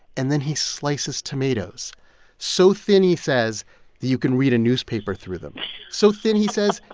and then he slices tomatoes so thin, he says, that you can read a newspaper through them so thin, he says,